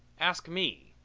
ask me.